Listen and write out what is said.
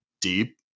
deep